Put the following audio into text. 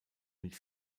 mit